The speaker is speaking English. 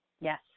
Yes